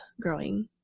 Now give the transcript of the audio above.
growing